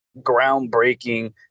groundbreaking